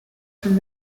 from